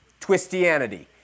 twistianity